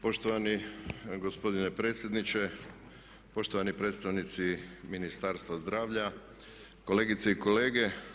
Poštovani gospodine predsjedniče, poštovani predstavnici Ministarstva zdravlja, kolegice i kolege.